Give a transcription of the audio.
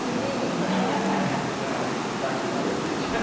i mean i yeah i practice what i preach.